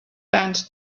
bent